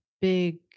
big